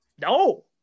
No